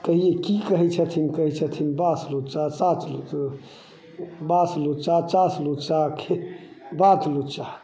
कहियै की कहै छथिन कहै छथिन बास लुचा चास लुचा बास लुचा चास लुचा आ खे बात लुचा